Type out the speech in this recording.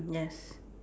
yes